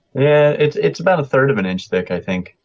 it's it's about a third of an inch thick i think.